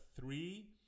three